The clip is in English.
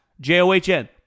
J-O-H-N